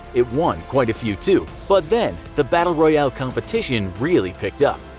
it won quite a few too, but then the battle royale competition really picked up.